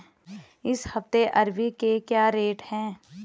इस हफ्ते अरबी के क्या रेट हैं?